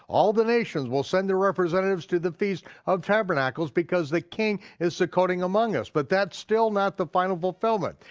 all the nations will send their representatives to the feast of ttbernacles because the king is succothing among us. but that's still not the final fulfillment.